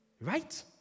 right